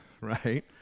right